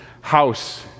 house